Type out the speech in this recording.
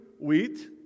wheat